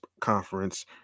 conference